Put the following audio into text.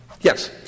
Yes